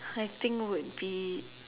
I think would be